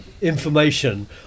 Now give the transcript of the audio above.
information